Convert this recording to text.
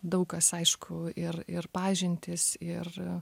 daug kas aišku ir ir pažintys ir